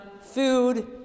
food